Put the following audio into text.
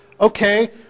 Okay